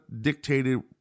dictated